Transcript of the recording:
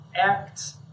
acts